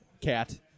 cat